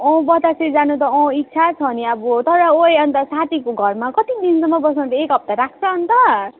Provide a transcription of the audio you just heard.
अँ बतासे जानु त अँ इच्छा छ नि अब तर ओए अन्त साथीको घरमा कति दिनसम्म बस्नु एक हप्ता राख्छ अन्त